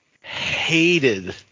hated